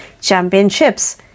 championships